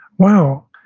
wow,